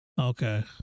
okay